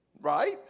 Right